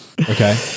okay